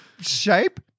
shape